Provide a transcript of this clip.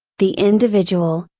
the individual,